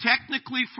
technically